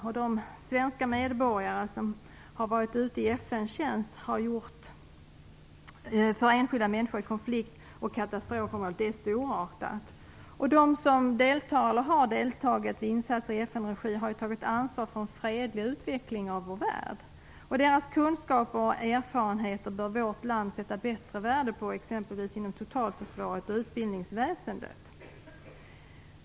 Det som svenska medborgare i FN-tjänst har gjort för enskilda människor och katastrofområden är stortartat. De som deltar eller har deltagit i insatser i FN-regi har ju tagit ansvar för en fredlig utveckling av vår värld. Deras kunskaper och erfarenheter bör vårt land sätta bättre värde på, exempelvis inom totalförsvaret och utbildningsväsendet.